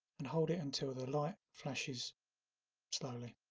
and hold it until the light flashes slowly